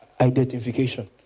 identification